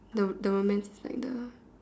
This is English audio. the the romance like the